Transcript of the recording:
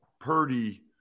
Purdy